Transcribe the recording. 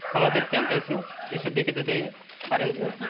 আমাদের ক্যাম্পাসে এসে দেখে যেতে পারেন স্যার